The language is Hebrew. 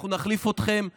אנחנו נחליף אתכם ומהר.